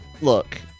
Look